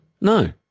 No